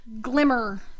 Glimmer